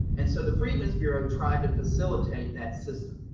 and so the freedmen's bureau tried to facilitate that system.